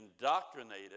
indoctrinated